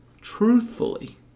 truthfully